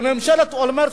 בממשלת אולמרט,